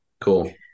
Cool